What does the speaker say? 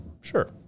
Sure